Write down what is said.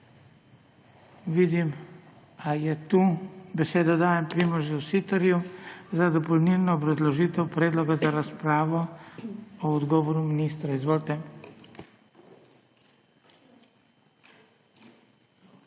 Vidim … A je tu? (Da.) Besedo dajem Primožu Siterju za dopolnilno obrazložitev predloga za razpravo o odgovoru ministra. Izvolite.